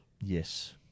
Yes